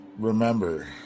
Remember